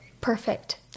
perfect